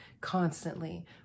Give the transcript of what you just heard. constantly